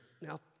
Now